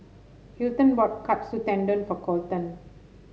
Hilton bought Katsu Tendon for Colton